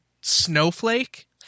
snowflake